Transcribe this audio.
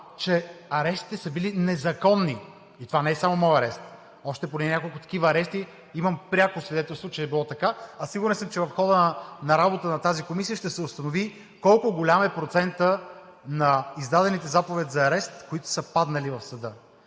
че арестите са били незаконни. И това не е само моят арест. Още има поне няколко такива арести. Имам пряко свидетелство, че е било така, а съм сигурен, че в хода на работа на тази комисия ще се установи колко голям е процентът на издадените заповеди за арест, които са паднали в съда.